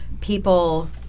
people